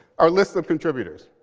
our list of contributors